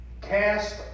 Cast